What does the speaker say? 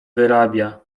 wyrabia